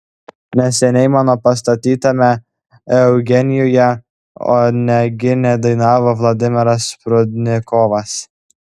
neseniai mano pastatytame eugenijuje onegine dainavo vladimiras prudnikovas